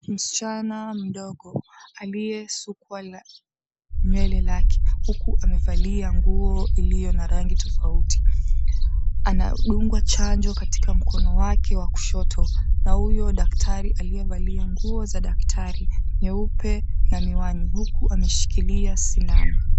Mschana mdogo aliyesukwa nywele lake huku amevalia nguo iliyo na rangi tofauti, anadungwa chanjo katika mkono wake wakushoto na huyo daktari alievalia nguo za daktari nyeupe na miwani huku ameshikilia sindano.